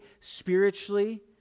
spiritually